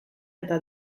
eta